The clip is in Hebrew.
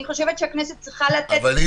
אני חושבת שהכנסת צריכה מספר מקסימלי --- אבל אם